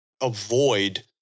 avoid